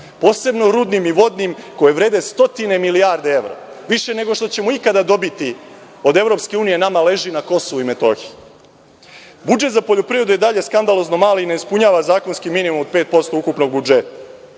posebno rudnim i vodnim koja vrede stotine milijarde evra, više nego što ćemo ikada dobiti od EU nama leži na Kosovu i Metohiji. Budžet za poljoprivredu je i dalje skandalozno mali i ne ispunjava zakonski minimum od 5% ukupnog budžeta.